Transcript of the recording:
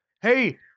hey